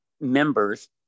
members